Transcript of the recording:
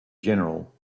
general